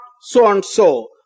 so-and-so